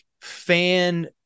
fan